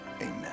Amen